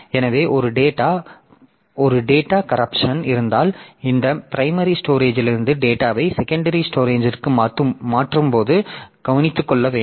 எனவே ஒரு data corruption இருந்தால் இந்த பிரைமரி ஸ்டோரேஜிலிருந்து டேட்டாவை செகண்டரி ஸ்டோரேஜிற்கு மாற்றும்போது கவனித்துக்கொள்ள வேண்டும்